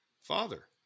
father